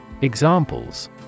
Examples